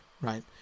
right